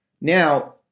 Now